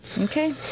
Okay